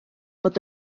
fod